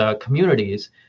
communities